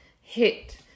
hit